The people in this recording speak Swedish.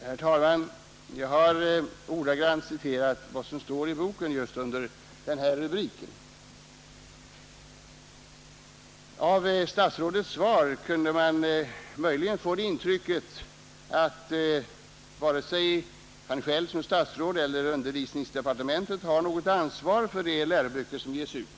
Herr talman! Jag har ordagrant citerat vad som står i boken just under den rubrik jag nämnde. Av statsrådets svar kunde man möjligen få det intrycket att varken han själv som statsråd eller utbildningsdepartementet har något ansvar för de läroböcker som ges ut.